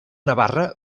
navarra